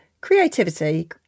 Creativity